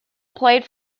played